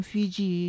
Fiji